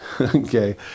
Okay